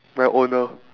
my owner